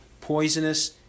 poisonous